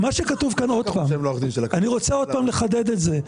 מה שכתוב כאן, אני רוצה עוד פעם לחדד את זה.